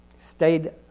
stayed